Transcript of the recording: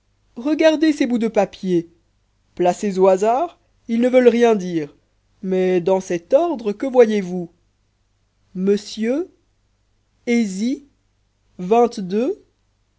regardez ces bouts de papier placés au hasard ils ne veulent rien dire mais dans cet ordre que voyez-vous monsieur ési